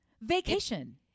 vacation